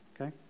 Okay